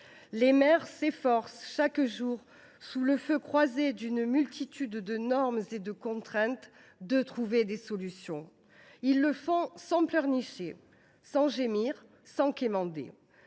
Les maires s’efforcent chaque jour, sous le feu croisé d’une multitude de normes et de contraintes, de trouver des solutions. Ils le font sans pleurnicher, sans gémir, sans quémander.